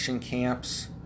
camps